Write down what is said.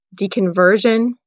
deconversion